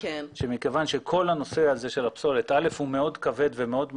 שמכיוון שכל הנושא של הפסולת הוא מאוד כבד ומאוד משמעותי,